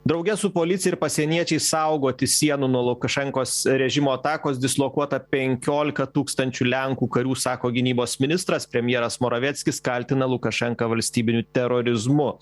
drauge su policija ir pasieniečiais saugoti sienų nuo lukašenkos režimo atakos dislokuota penkiolika tūkstančių lenkų karių sako gynybos ministras premjeras moravieckis kaltina lukašenką valstybiniu terorizmu